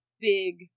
big